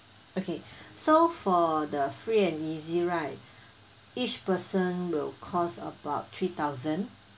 okay so for the free and easy right each person will cost about three thousand